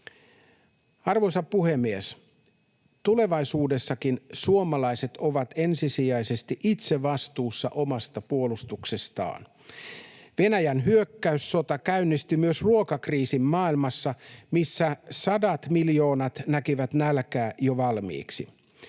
Arvoisa puhemies! Tulevaisuudessakin suomalaiset ovat ensisijaisesti itse vastuussa omasta puolustuksestaan. Venäjän hyökkäyssota käynnisti myös ruokakriisin maailmassa, missä sadat miljoonat näkivät nälkää jo valmiiksi.